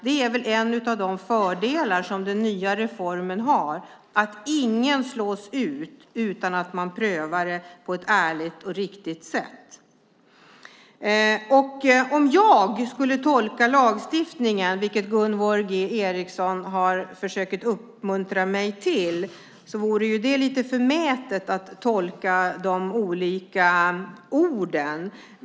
Det är en av fördelarna med den nya reformen. Ingen slås ut utan att man prövar det på ett ärligt och riktigt sätt. Om jag skulle tolka lagstiftningen, vilket Gunvor G Ericson har försökt uppmuntra mig till, vore det lite förmätet att tolka de olika orden.